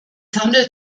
handelt